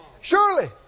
Surely